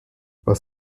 was